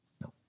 No